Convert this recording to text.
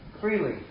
freely